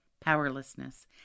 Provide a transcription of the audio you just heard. powerlessness